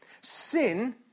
Sin